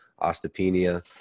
osteopenia